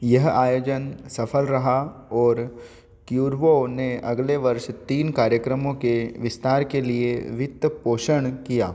यह आयोजन सफल रहा और क्यूर्वो ने अगले वर्ष तीन कार्यक्रमों के विस्तार के लिए वित्त पोषण किया